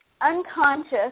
unconscious